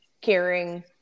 caring